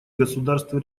государства